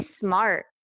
smart